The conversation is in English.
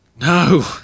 No